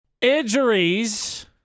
Injuries